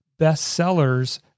bestsellers